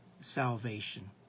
salvation